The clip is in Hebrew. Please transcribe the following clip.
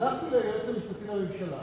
הלכתי ליועץ המשפטי לממשלה